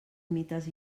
mites